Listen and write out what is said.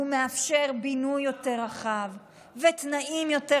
והוא מאפשר בינוי יותר רחב ותנאים יותר